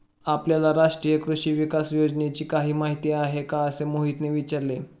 आपल्याला राष्ट्रीय कृषी विकास योजनेची काही माहिती आहे का असे मोहितने विचारले?